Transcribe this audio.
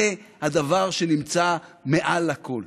זה הדבר שנמצא מעל לכול,